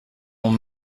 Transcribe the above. ont